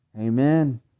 Amen